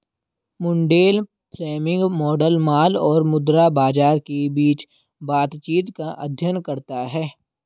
Mundell Fleming model माल और मुद्रा बाजार के बीच बातचीत का अध्ययन करता है